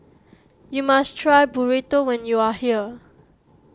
you must try Burrito when you are here